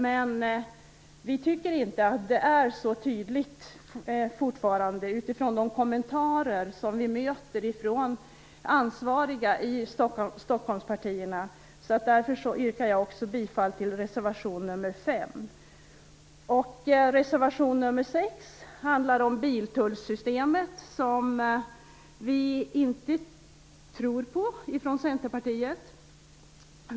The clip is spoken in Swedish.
Men vi tycker fortfarande inte att det är så tydligt, utifrån de kommentarer som vi möter hos de ansvariga i partierna i Stockholm. Därför yrkar jag också bifall till reservation nr 5. Centerpartiet tror inte på det.